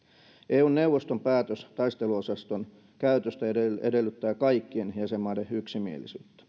eun neuvoston päätös taisteluosaston käytöstä edellyttää kaikkien jäsenmaiden yksimielisyyttä